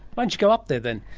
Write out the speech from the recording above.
but you go up there then?